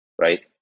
Right